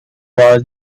was